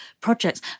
projects